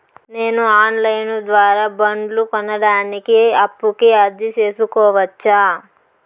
నేను online ద్వారా బండ్లు కొనడానికి అప్పుకి అర్జీ సేసుకోవచ్చా?